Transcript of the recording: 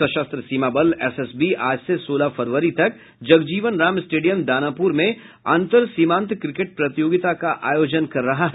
सशस्त्र सीमा बल एसएसबी आज से सोलह फरवरी तक जगजीवन राम स्टेडियम दानापुर में अंतर सीमांत क्रिकेट प्रतियोगिता का आयोजन कर रहा है